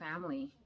family